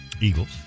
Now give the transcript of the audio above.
Eagles